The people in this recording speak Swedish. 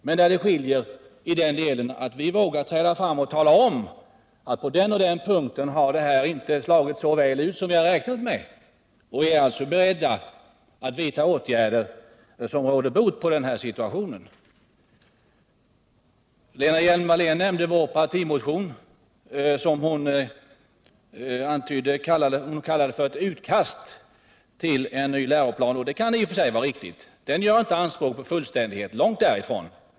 Men vi skiljer oss åt i den delen att vi centerpartister vågar träda fram och tala om att på den och den punkten har detta inte slagit så väl ut som vi räknat med, och vi är alltså beredda att vidta åtgärder som råder bot på situationen. Lena Hjelm-Wallén nämnde vår partimotion, som hon kallade för ett utkast till en ny läroplan. Det kan i och för sig vara riktigt. Den gör inte anspråk på fullständighet, långt därifrån.